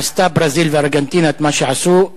עשו ברזיל וארגנטינה את מה שעשו.